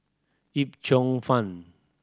Yip Cheong Fun